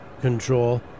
control